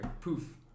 Poof